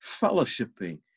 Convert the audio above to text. fellowshipping